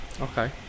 okay